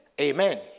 Amen